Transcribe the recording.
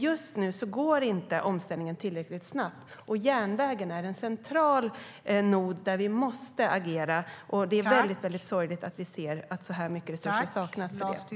Just nu går inte omställningen tillräckligt snabbt. Järnvägen är en central nod där vi måste agera. Det är väldigt sorgligt att vi ser att så mycket resurser saknas till det.